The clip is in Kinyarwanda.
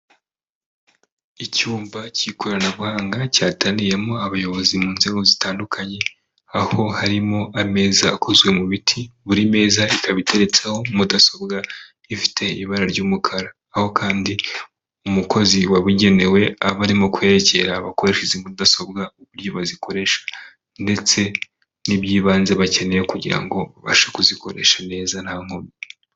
Icyumba k'ikoranabuhanga cyateraniyemo abayobozi mu nzego, zitandukanye aho harimo ameza akozwe mu biti, buri meza ikaba iteretseho mudasobwa ifite ibara ry'umukara, aho kandi umukozi wabugenewe aba arimo kwerekera abakoresha izi mudasobwa, uburyo bazikoresha ndetse n'iby'ibanze bakeneye kugira ngo, babashe kuzikoresha neza nta nkomyi.